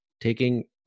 taking